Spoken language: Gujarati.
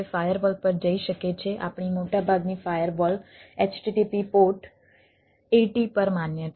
ફાયરવોલ ટ્રાવર્સલ 80 પર માન્ય છે